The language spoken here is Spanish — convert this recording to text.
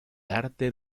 arte